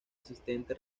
asistente